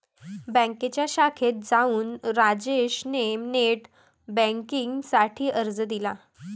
बँकेच्या शाखेत जाऊन राजेश ने नेट बेन्किंग साठी अर्ज दिले